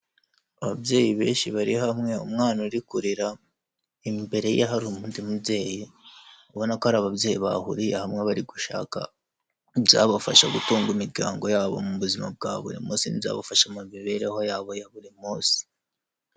Ababyeyi benshi bari hamwe, umwana uri kurira, imbere ye hari undi mubyeyi; ubona ko ari ababyeyi bahuriye hamwe bari gushaka ibyabafasha gutunga imiryango yabo mu buzima bwa buri munsi n'ibyabafasha mu mibereho yabo ya buri munsi.